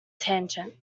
tangent